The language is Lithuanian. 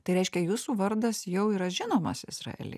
tai reiškia jūsų vardas jau yra žinomas izraely